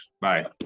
Bye